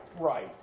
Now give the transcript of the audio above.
right